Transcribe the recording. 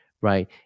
right